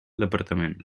departament